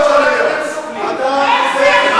תסבירי לי,